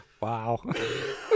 Wow